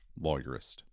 lawyerist